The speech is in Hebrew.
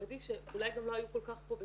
החרדי שאולי לא היו כל כך פה.